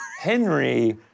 Henry